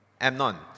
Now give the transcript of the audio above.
Amnon